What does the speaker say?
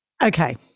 Okay